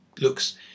looks